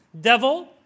devil